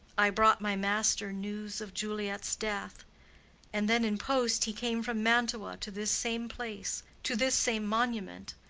i brought my master news of juliet's death and then in post he came from mantua to this same place, to this same monument.